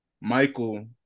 Michael